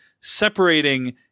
separating